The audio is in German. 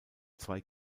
zwei